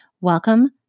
Welcome